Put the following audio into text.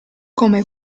come